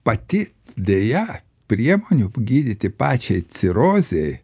pati deja priemonių gydyti pačiai cirozei